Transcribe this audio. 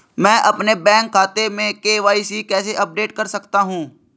मैं अपने बैंक खाते में के.वाई.सी कैसे अपडेट कर सकता हूँ?